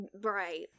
right